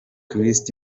christ